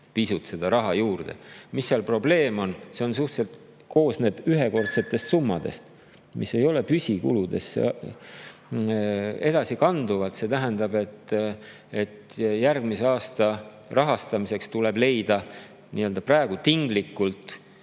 pisut seda raha juurde. Mis seal probleem on? See, et see koosneb ühekordsetest summadest, mis ei ole püsikuludesse edasi kanduvad. See tähendab, et järgmise aasta rahastamiseks tuleb leida praegu tinglikult